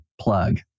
plug